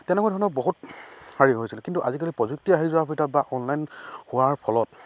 তেনেকুৱা ধৰণৰ বহুত হেৰি হৈছিল কিন্তু আজিকালি প্ৰযুক্তি আহি যোৱাৰ সৈতে বা অনলাইন হোৱাৰ ফলত